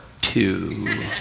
two